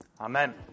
Amen